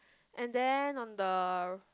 and then on the